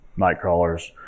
nightcrawlers